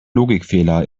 logikfehler